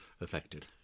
affected